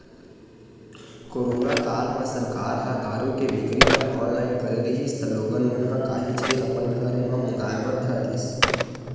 corona काल म सरकार ह दारू के बिक्री ल ऑनलाइन करे रिहिस त लोगन मन ह काहेच के अपन घर म मंगाय बर धर लिस